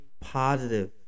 positive